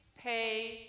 pay